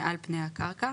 מעל פני הקרקע,